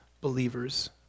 believers